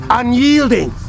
unyielding